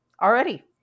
already